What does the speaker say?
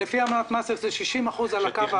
צביקה האוזר, לפי אמנת מאסטריכט זה 60% על הקו